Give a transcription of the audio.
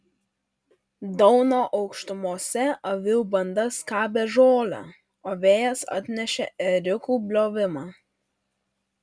dauno aukštumose avių banda skabė žolę o vėjas atnešė ėriukų bliovimą